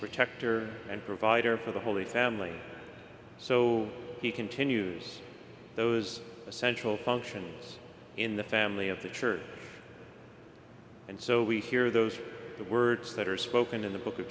protector and provider for the holy family so he continues those essential functions in the family of the church and so we hear those words that are spoken in the book of